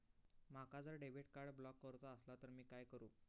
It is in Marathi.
माका जर डेबिट कार्ड ब्लॉक करूचा असला तर मी काय करू?